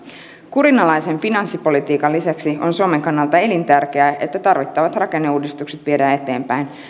kurinalaisen finanssipolitiikan lisäksi on suomen kannalta elintärkeää että tarvittavat rakenneuudistukset viedään eteenpäin